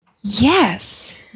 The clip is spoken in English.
Yes